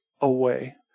away